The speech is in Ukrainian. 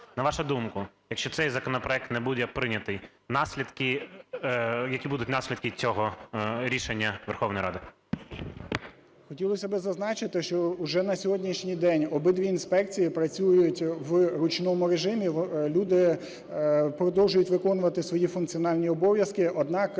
на вашу думку, якщо цей законопроект не буде прийнятий – наслідки? Які будуть наслідки цього рішення Верховної Ради? 17:28:56 БЛИЗНЮК М.Д. Хотілось би зазначити, що вже на сьогоднішній день обидві інспекції працюють в ручному режимі. Люди продовжують виконувати свої функціональні обов'язки, однак,